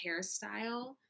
hairstyle